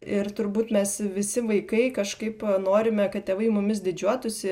ir turbūt mes visi vaikai kažkaip norime kad tėvai mumis didžiuotųsi